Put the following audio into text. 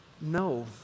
No